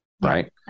right